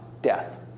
Death